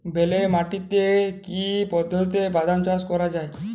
বেলে মাটিতে কি পদ্ধতিতে বাদাম চাষ করা যায়?